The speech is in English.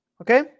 okay